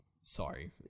sorry